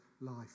life